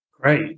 great